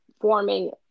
forming